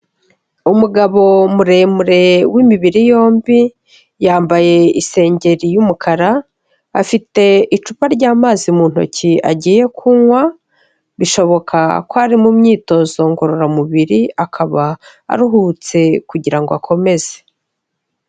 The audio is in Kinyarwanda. Umugabo muremure w'imibiri yombi, yambaye isengeri y'umukara, afite icupa ry'amazi mu ntoki agiye kunywa, bishoboka ko ari mu myitozo ngororamubiri, akaba aruhutse kugira ngo akomeze.